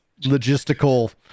logistical